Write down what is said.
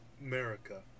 America